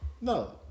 No